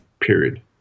Period